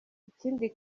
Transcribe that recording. ikindi